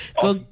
go